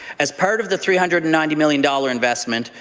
as part of the three hundred and ninety million dollars investment,